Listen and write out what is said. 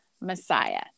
Messiah